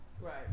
Right